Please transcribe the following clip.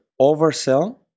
oversell